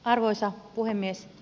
arvoisa puhemies